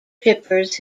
trippers